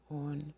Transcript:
on